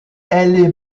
est